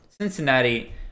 Cincinnati